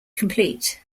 complete